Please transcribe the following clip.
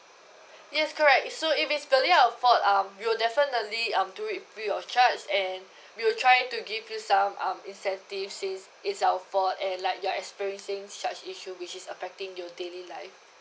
yes correct so it basically our fault uh we'll definitely um do it free of charge and we'll try to give you some um incentive since it's our fault and like you're experiencing such issue which is affecting your daily life